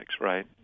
right